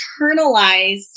internalized